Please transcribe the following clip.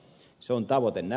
se on tavoite